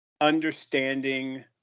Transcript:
understanding